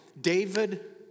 David